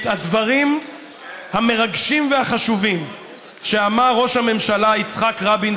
את הדברים המרגשים והחשובים שאמר ראש הממשלה יצחק רבין,